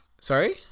Sorry